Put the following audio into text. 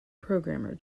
programmer